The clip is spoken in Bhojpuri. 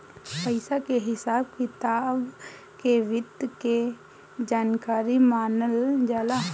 पइसा के हिसाब किताब के वित्त के जानकारी मानल जाला